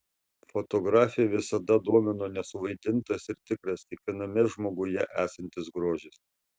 fotografę visada domino nesuvaidintas ir tikras kiekviename žmoguje esantis grožis